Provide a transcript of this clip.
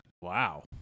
Wow